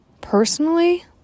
personally